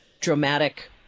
dramatic